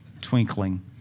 twinkling